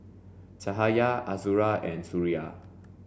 Cahaya Azura and Suria